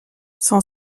son